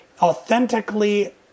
authentically